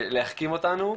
להחכים אותנו.